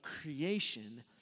creation